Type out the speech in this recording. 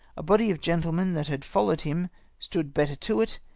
a body of gentlemen that had followed him stood better to it,